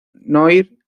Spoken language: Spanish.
noir